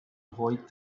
avoid